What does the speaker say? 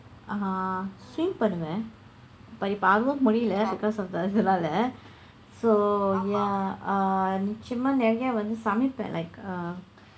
ah swim பண்ணுவேன்:pannuveen but இப்போ அதுவும் முடியல:ippo athuvum mudiyala because of the இதனால:ithanaala so ya uh நிச்சயம்மா நிறைய வந்து சமைப்பேன்:nichsaiyammaa niraiya vandthu samaippeen like uh